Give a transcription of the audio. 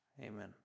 amen